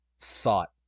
thought